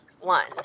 one